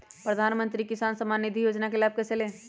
प्रधानमंत्री किसान समान निधि योजना का लाभ कैसे ले?